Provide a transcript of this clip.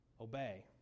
obey